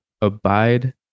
abide